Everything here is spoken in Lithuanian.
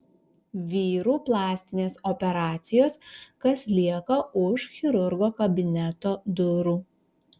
vyrų plastinės operacijos kas lieka už chirurgo kabineto durų